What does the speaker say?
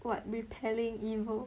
what repelling evil